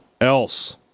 else